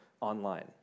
online